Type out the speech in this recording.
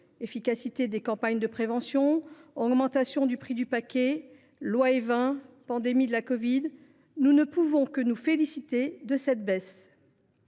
efficacité des campagnes de prévention, augmentation du prix du paquet, loi Évin, pandémie de covid 19… –, nous ne pouvons que nous féliciter de cette baisse.